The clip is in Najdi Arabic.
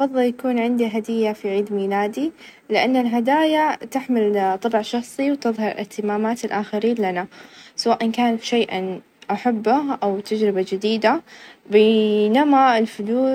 أفظل إني أروح أشوف الفيلم لحالي؛ لإني استطيع الاستمتاع بالتجربة بدون أي إنشغالات، وأعيش القصة بشكل كامل، الأفلام تعطيني فرصة للاسترخاء والهروب من الواقع، بينما الغداء